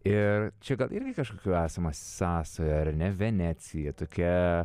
ir čia gal irgi kažkokių esama sąsajų ar ne venecija tokia